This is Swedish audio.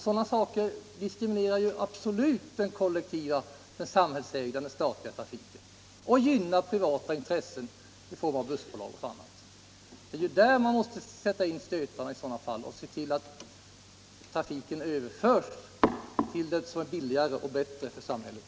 Sådana saker diskriminerar absolut den kollektiva, den samhällsägda, den statliga trafiken och gynnar privata intressen. Där måste man sätta in stötarna och se till att trafiken överförs till det som är billigare och bättre för samhället.